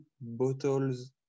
bottles